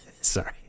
sorry